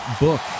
book